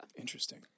Interesting